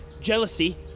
jealousy